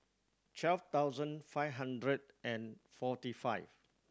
twelve thousand five hundred and forty five